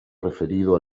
referido